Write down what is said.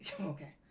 Okay